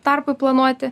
tarpui planuoti